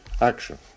action